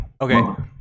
Okay